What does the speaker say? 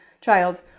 child